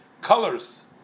colors